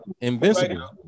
Invincible